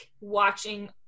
watching